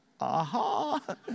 aha